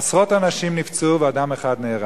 עשרות אנשים נפצעו ואדם אחד נהרג.